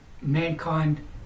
mankind